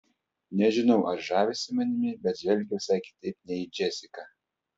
nežinau ar žavisi manimi bet žvelgia visai kitaip nei į džesiką